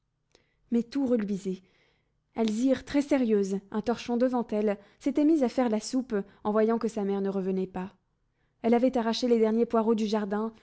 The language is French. mais tout reluisait alzire très sérieuse un torchon devant elle s'était mise à faire la soupe en voyant que sa mère ne revenait pas elle avait arraché les derniers poireaux du jardin